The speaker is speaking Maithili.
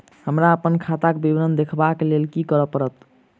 हमरा अप्पन खाताक विवरण देखबा लेल की करऽ पड़त?